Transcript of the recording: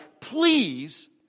please